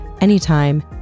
anytime